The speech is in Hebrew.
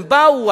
הם באו,